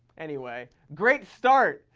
anyway, great start!